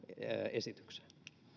esitykseen